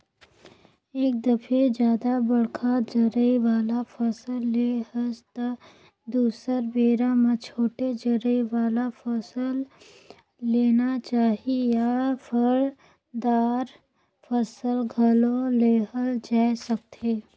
एक दफे जादा बड़का जरई वाला फसल ले हस त दुसर बेरा म छोटे जरई वाला फसल लेना चाही या फर, दार फसल घलो लेहल जाए सकथे